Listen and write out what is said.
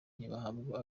ntibahabwa